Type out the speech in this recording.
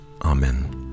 Amen